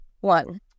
One